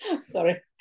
sorry